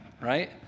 Right